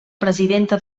presidenta